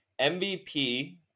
MVP